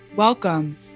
Welcome